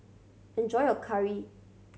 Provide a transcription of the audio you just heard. enjoy your curry